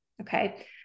Okay